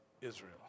Israel